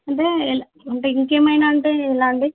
అంటే ఎలా అంటే ఇంకా ఏమైనా అంటే ఎలా అండి